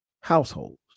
households